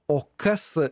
o kas